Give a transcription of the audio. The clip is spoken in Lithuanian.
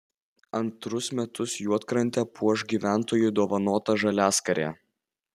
antrus metus juodkrantę puoš gyventojų dovanota žaliaskarė